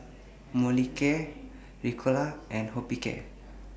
Molicare Ricola and Hospicare